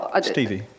Stevie